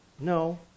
No